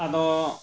ᱟᱫᱚ